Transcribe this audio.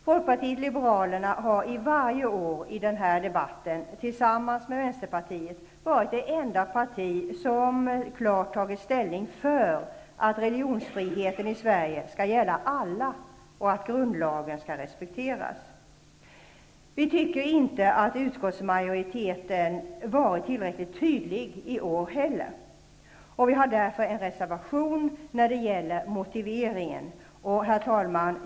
Folkpartiet liberalerna har varje år i den debatten, tillsammans med Vänsterpartiet, varit det enda parti som klart tagit ställning för att religionsfriheten i Sverige skall gälla alla, och att grundlagen skall respekteras. Vi tycker inte att utskottsmajoriteten varit tillräckligt tydlig i år heller. Vi har därför en reservation när det gäller motiveringen. Herr talman!